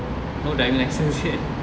no driving license yet